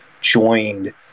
joined